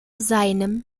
seinem